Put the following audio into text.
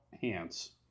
hands